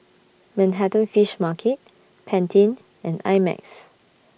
Manhattan Fish Market Pantene and I Max